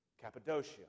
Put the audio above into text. Cappadocia